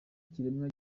kiremwa